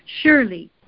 Surely